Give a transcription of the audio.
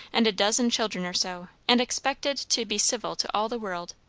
and a dozen children or so, and expected to be civil to all the world.